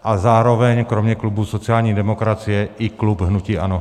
A zároveň kromě klubu sociální demokracie i klub hnutí ANO.